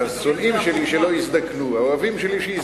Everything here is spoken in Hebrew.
השונאים שלי שלא יזדקנו, האוהבים שלי שיזדקנו.